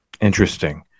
interesting